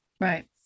right